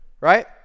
right